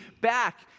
back